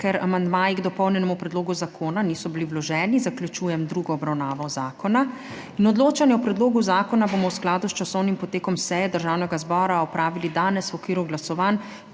Ker amandmaji k dopolnjenemu predlogu zakona niso bili vloženi, zaključujem drugo obravnavo zakona in odločanje o predlogu zakona bomo v skladu s časovnim potekom seje Državnega zbora opravili danes v okviru glasovanj,